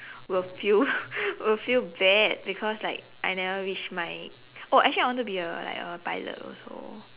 will feel will feel bad because like I never reach my oh actually I wanted to be a like a pilot also